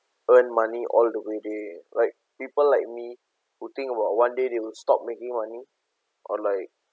earn money all the way they like people like me who think about one day they will stop making money or like